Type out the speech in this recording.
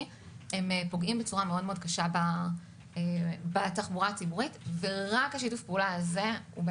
פוגעים בצורה קשה בתחבורה הציבורית ורק שיתוף הפעולה הזה יש